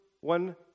one